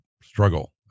struggle